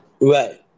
Right